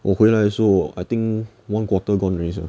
我回来的时候 I think one quarter gone already sia